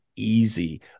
Easy